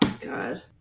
God